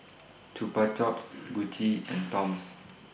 Chupa Chups Gucci and Toms